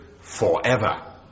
forever